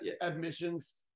admissions